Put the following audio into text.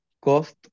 cost